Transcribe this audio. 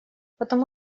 потому